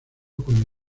con